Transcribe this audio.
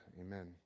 amen